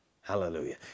Hallelujah